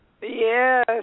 Yes